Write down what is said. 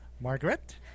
Margaret